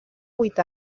vuit